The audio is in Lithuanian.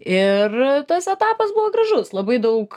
ir tas etapas buvo gražus labai daug